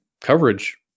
coverage